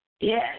Yes